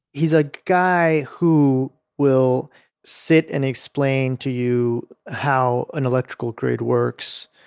he's a guy who will sit and explain to you how an electrical grid works.